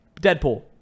Deadpool